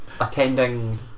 attending